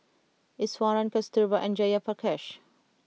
Iswaran Kasturba and Jayaprakash